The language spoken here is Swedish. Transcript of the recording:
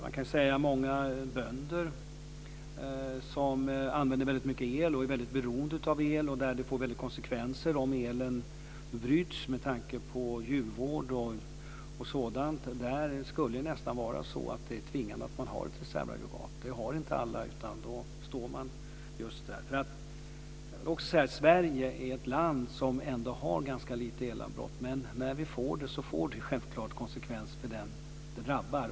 Det kan sägas att många bönder använder väldigt mycket el och är väldigt beroende av el, och det får stora konsekvenser om elen bryts med tanke på djurvård och sådant. Där skulle det nästan vara tvingande att ha ett reservaggregat. Det har inte alla, utan där står de. Sverige är ett land som ändå har ganska få elavbrott, men när vi får det får det självklart konsekvenser för den som drabbas.